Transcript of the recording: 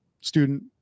student